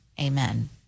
Amen